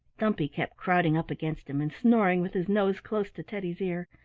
dumpy kept crowding up against him and snoring with his nose close to teddy's ear.